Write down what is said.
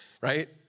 right